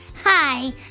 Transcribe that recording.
Hi